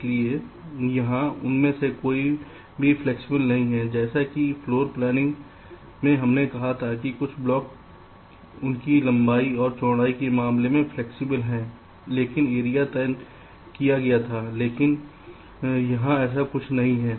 इसलिए यहां उनमें से कोई भी फ्लैक्सिबल नहीं है जैसे कि फ्लोर प्लैनिंग में हमने कहा था कि कुछ ब्लॉक उनकी ऊंचाई और चौड़ाई के मामले में फ्लैक्सिबल हैं लेकिन एरिया तय किया गया था लेकिन यहां ऐसा कुछ नहीं है